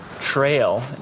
trail